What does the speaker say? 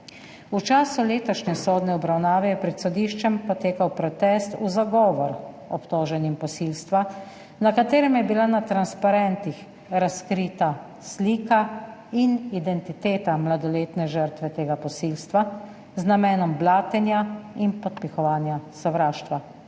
V času letošnje sodne obravnave je pred sodiščem potekal protest v zagovor obtoženim posilstva, na katerem je bila na transparentih razkrita slika in identiteta mladoletne žrtve tega posilstva z namenom blatenja in podpihovanja sovraštva.